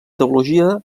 teologia